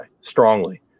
strongly